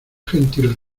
gentil